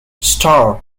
starr